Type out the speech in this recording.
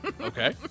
Okay